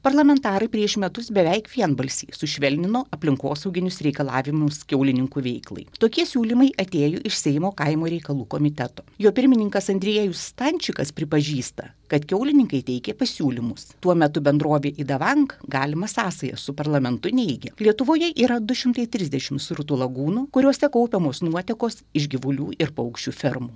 parlamentarai prieš metus beveik vienbalsiai sušvelnino aplinkosauginius reikalavimus kiaulininkų veiklai tokie siūlymai atėjo iš seimo kaimo reikalų komiteto jo pirmininkas andriejus stančikas pripažįsta kad kiaulininkai teikė pasiūlymus tuo metu bendrovė idavank galimą sąsają su parlamentu neigia lietuvoje yra du šimtai trisdešimt srutų lagūnų kuriose kaupiamos nuotekos iš gyvulių ir paukščių fermų